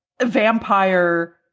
vampire